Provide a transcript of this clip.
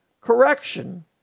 correction